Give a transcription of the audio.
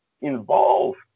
involved